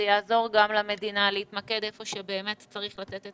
זה יעזור גם למדינה להתמקד איפה שבאמת צריך לתת את